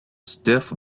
stiff